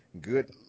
good